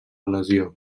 lesió